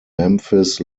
memphis